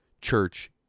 church